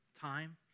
Time